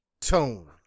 tone